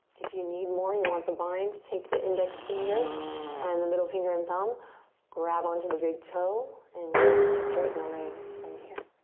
if you need more, you want the bind to take the index finger and the middle finger and thumb grab onto the big toe and work to straighten the legs from here.